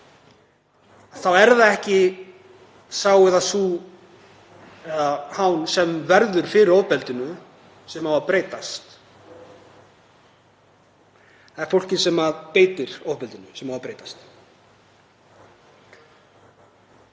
— er það ekki sá eða sú eða hán sem verður fyrir ofbeldinu sem á að breytast. Það er fólkið sem beitir ofbeldinu sem á að breytast.